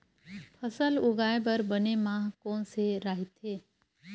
फसल उगाये बर बने माह कोन से राइथे?